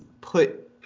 put